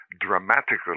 dramatically